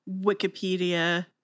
Wikipedia